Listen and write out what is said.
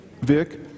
Vic